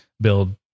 build